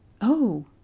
Oh